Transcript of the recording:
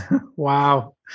Wow